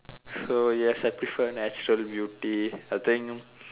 so yes I prefer natural beauty I think